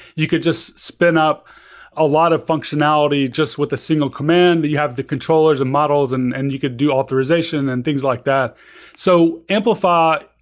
you could just spin up a lot of functionality just with a single command, that you have the controllers and models and and you could do authorization and things like that so amplify,